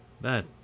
That